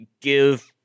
give